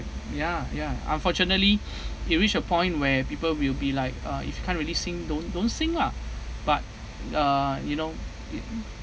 ya ya unfortunately it reach a point where people will be like uh if you can't really sing don't don't sing lah but uh you know